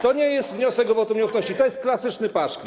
To nie jest wniosek o wotum nieufności, to jest klasyczny paszkwil.